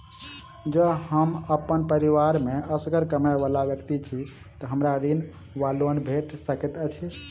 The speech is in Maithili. जँ हम अप्पन परिवार मे असगर कमाई वला व्यक्ति छी तऽ हमरा ऋण वा लोन भेट सकैत अछि?